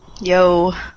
Yo